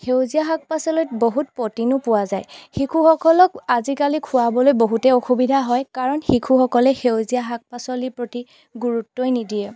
সেউজীয়া শাক পাচলিত বহুত পটিনো পোৱা যায় শিশুসকলক আজিকালি খুৱাবলৈ বহুতে অসুবিধা হয় কাৰণ শিশুসকলে সেউজীয়া শাক পাচলিৰ প্ৰতি গুৰুত্বই নিদিয়ে